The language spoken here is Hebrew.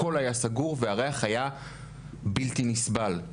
הכול היה סגור והריח היה בלתי נסבל.